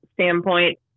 standpoint